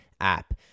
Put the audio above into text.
app